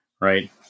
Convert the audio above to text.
right